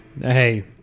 Hey